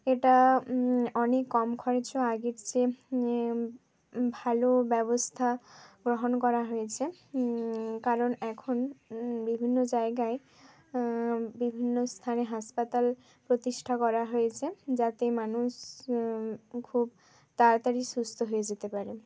এটা অনেক কম খরচ ও আগের চেয়ে ভালো ব্যবস্থা গ্রহণ করা হয়েছে কারণ এখন বিভিন্ন জায়গায় বিভিন্ন স্থানে হাসপাতাল প্রতিষ্ঠা করা হয়েছে যাতে মানুষ খুব তাড়াতাড়ি সুস্থ হয়ে যেতে পারে